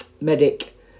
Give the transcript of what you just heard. medic